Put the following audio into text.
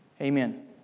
Amen